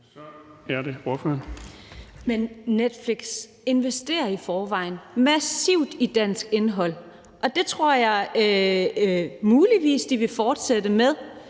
Netflix investerer i forvejen massivt i dansk indhold, og det tror jeg muligvis de vil fortsætte med.